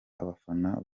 abafana